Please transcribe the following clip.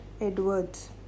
Edwards